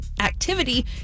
activity